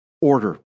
Order